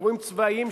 אירועים צבאיים,